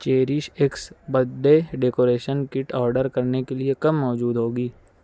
cherish X birthday decoration kit order کرنے کے لیے کب موجود ہوگی